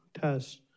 test